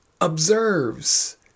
observes